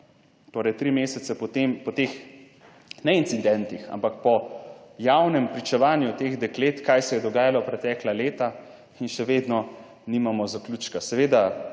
torej tri mesece potem po teh, ne incidentih, ampak po javnem pričevanju teh deklet, kaj se je dogajalo pretekla leta in še vedno nimamo zaključka.